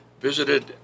visited